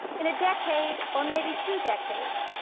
in a decade, or maybe two decades,